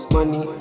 Money